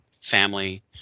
family